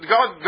God